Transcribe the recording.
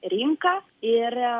rinką ir